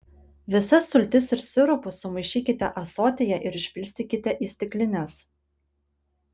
visas sultis ir sirupus sumaišykite ąsotyje ir išpilstykite į stiklines